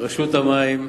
רשות המים,